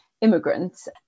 immigrants